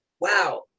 Wow